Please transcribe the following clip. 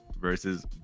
versus